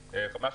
מדויקים.